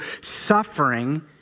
suffering